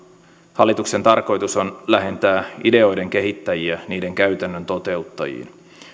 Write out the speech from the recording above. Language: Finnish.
hallituksen tarkoitus on lähentää ideoiden kehittäjiä niiden käytännön toteuttajiin